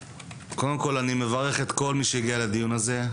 קודם כול, אני מברך את כל מי שהגיע לדיון הזה.